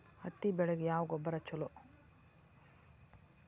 ಹತ್ತಿ ಬೆಳಿಗ ಯಾವ ಗೊಬ್ಬರ ಛಲೋ?